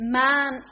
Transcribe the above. man